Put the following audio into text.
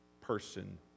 person